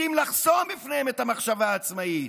רוצים לחסום בפניהם את המחשבה העצמאית,